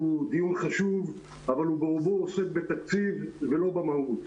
דיון חשוב אבל הוא ברובו עוסק בתקציב ולא במהות.